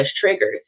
triggers